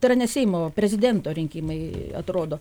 tai yra ne seimo o prezidento rinkimai atrodo